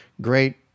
great